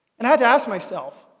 and i had to ask myself,